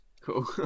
Cool